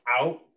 out